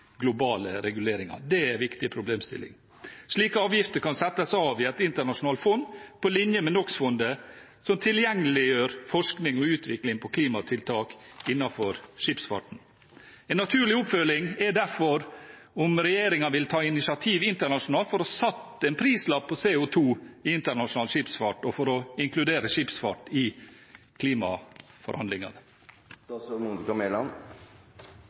globale reguleringer. Det er en viktig problemstilling. Slike avgifter kan settes av i et internasjonalt fond, på linje med NOx-fondet, som tilgjengeliggjør forskning og utvikling på klimatiltak innenfor skipsfarten. En naturlig oppfølging er derfor om regjeringen vil ta initiativ internasjonalt for å få satt en prislapp på CO2 i internasjonal skipsfart, og for å inkludere skipsfart i